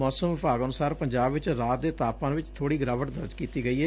ਸੌਸਮ ਵਿਭਾਗ ਅਨੁਸਾਰ ਪੰਜਾਬ ਵਿਚ ਰਾਤ ਦੇ ਤਾਪਾਮਾਨ 'ਚ ਬੋੜੀ ਗਿਰਾਵਟ ਦਰਜ ਕੀਤੀ ਗਈ ਏ